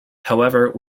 however